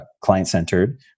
client-centered